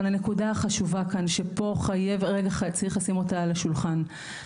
אבל הנקודה החשובה כאן וצריך לשים אותה על השולחן.